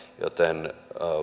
joten